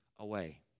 Away